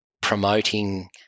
promoting